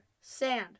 Sand